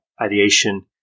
ideation